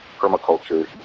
permaculture